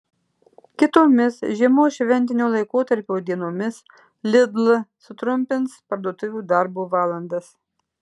kitomis žiemos šventinio laikotarpio dienomis lidl sutrumpins parduotuvių darbo valandas